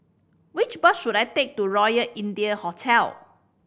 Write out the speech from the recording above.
which bus should I take to Royal India Hotel